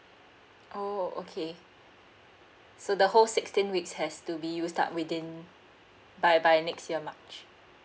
oh okay so the whole sixteen weeks has to be used up within by by next year march